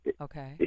okay